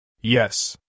Yes